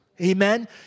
Amen